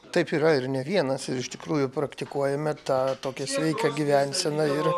taip yra ir ne vienas ir iš tikrųjų praktikuojame tą tokią sveiką gyvenseną ir